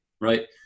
right